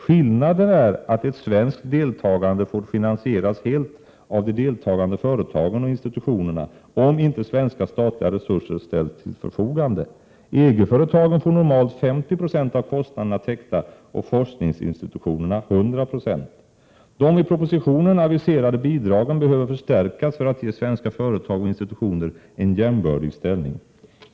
Skillnaden är att ett svenskt deltagande får finansieras helt av de deltagande företagen och institutionerna, om inte svenska statliga resurser ställs till förfogande. EG-företagen får normalt 50 96 av kostnaderna täckta och forskningsinstitutionerna 100 96. De i propositionen aviserade bidragen behöver förstärkas för att ge svenska företag och institutioner en jämbördig ställning.